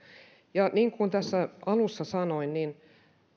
ja niin kuin alussa sanoin niin